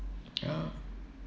ya